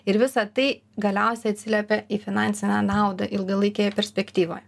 ir visa tai galiausiai atsiliepia į finansinę naudą ilgalaikėje perspektyvoje